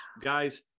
guys